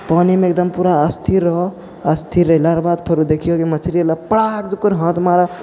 पानिमे एकदम पूरा अस्थिर रहऽ अस्थिर रहला रऽ बाद फेरो देखिअऽ कि मछली अएलऽ पड़ाक जा कऽ हाथ मारऽ